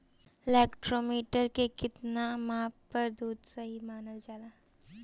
Lactometer के कितना माप पर दुध सही मानन जाला?